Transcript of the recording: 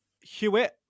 Hewitt